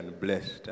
blessed